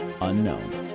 Unknown